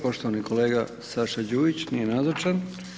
Poštovani kolega Saša Đujić, nije nazočan.